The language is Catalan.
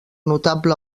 notable